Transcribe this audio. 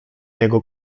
jego